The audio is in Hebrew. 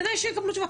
כדי שיקבלו תשובה,